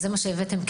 זה הדגל שהבאתם.